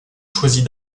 choisit